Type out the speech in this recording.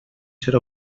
ser